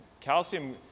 calcium